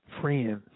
friends